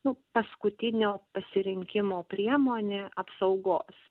nu paskutinio pasirinkimo priemonė apsaugos